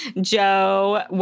Joe